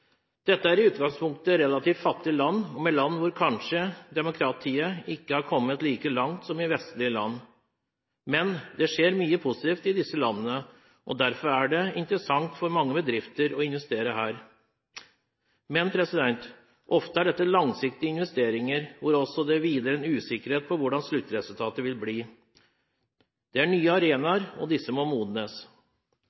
Dette er i utgangspunktet relativt fattige land, og land hvor demokratiet kanskje ikke har kommet like langt som i vestlige land. Det skjer imidlertid mye positivt i disse landene, og derfor er det interessant for mange bedrifter å investere her. Men ofte er dette langsiktige investeringer, hvor det også hviler en usikkerhet ved hvordan sluttresultatet vil bli. Det er nye